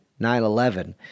9/11